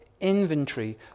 inventory